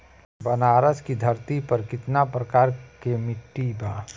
बनारस की धरती पर कितना प्रकार के मिट्टी बा?